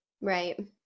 Right